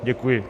Děkuji.